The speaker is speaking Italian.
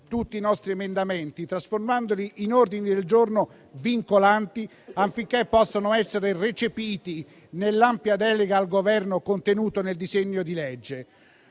tutti i nostri emendamenti, trasformandoli in ordini del giorno vincolanti, affinché possano essere recepiti nell'ampia delega al Governo contenuta nel disegno di legge.